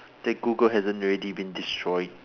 that Google hasn't already been destroyed